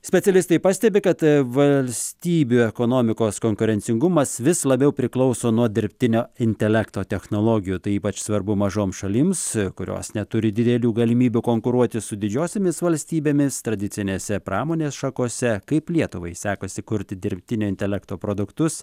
specialistai pastebi kad vals tybių ekonomikos konkurencingumas vis labiau priklauso nuo dirbtinio intelekto technologijų tai ypač svarbu mažoms šalims kurios neturi didelių galimybių konkuruoti su didžiosiomis valstybėmis tradicinėse pramonės šakose kaip lietuvai sekasi kurti dirbtinio intelekto produktus